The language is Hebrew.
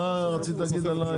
מה רצית להגיד לנו?